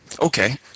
Okay